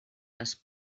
les